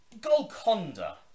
Golconda